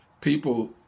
people